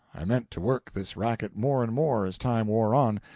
i meant to work this racket more and more, as time wore on,